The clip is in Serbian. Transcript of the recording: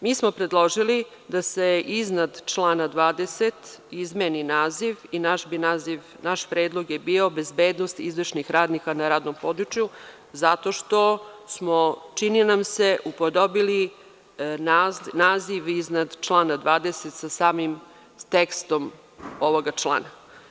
Mi smo predložili da se iznad člana 20. izmeni naziv člana i naš predlog bi bio – bezbednost izvršnih radnika na radnom području zato što nam se čini da smo upodobili naziv iznad člana 20. sa samim tekstom ovog člana.